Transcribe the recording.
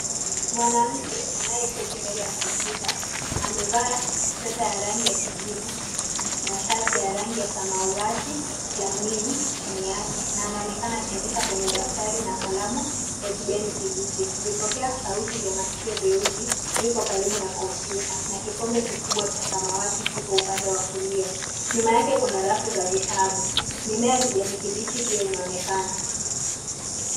Mwanamke anayeketi mbele ya kompyuta amevaa sweta ya rangi ya kijivu na shati ya rangi ya samawati la mint chini yake, na anaonekana akiandika kwenye daftari na kalamu ya kijani kibichi. Vipokea sauti vya maskio vyeusi, viko karibu na kompyuta na kikombe kikubwa cha samawati kipo upande wa kulia. Nyuma yake kuna rafu za vitabu. Mimea ya kijani kibichi pia inaonekana.